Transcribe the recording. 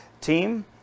team